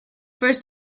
first